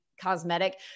cosmetic